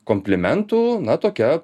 komplimentų na tokia